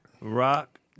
Rock